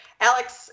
Alex